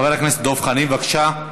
חבר הכנסת דב חנין, בבקשה.